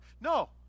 No